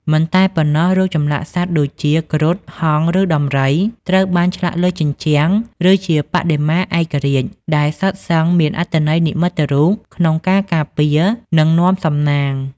មិនតែប៉ុណ្ណោះរូបចម្លាក់សត្វ ដូចជា គ្រុឌ ហង្ស ឬដំរី ត្រូវបានឆ្លាក់លើជញ្ជាំង ឬជាបដិមាឯករាជ្យ ដែលសុទ្ធសឹងមានអត្ថន័យនិមិត្តរូបក្នុងការការពារ និងនាំសំណាង។